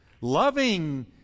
loving